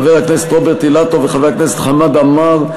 חבר הכנסת רוברט אילטוב וחבר הכנסת חמד עמאר,